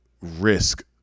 risk